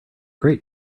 great